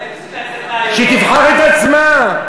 שהיא תבחר את עצמה.